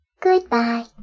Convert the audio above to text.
Goodbye